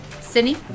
Sydney